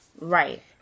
Right